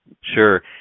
Sure